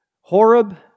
Horeb